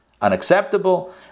unacceptable